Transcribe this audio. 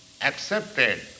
accepted